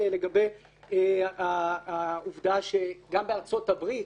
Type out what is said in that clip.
לגבי העובדה שגם בארצות הברית,